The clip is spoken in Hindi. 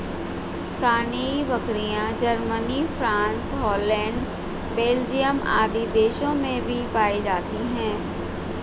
सानेंइ बकरियाँ, जर्मनी, फ्राँस, हॉलैंड, बेल्जियम आदि देशों में भी पायी जाती है